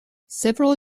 several